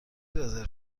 رزرو